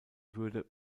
würde